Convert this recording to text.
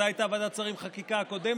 מתי הייתה ועדת שרים לחקיקה הקודמת?